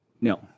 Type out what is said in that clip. No